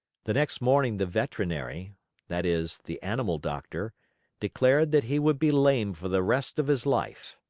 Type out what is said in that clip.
the next morning the veterinary that is, the animal doctor declared that he would be lame for the rest of his life.